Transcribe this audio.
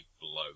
blow